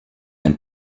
ein